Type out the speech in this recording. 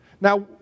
Now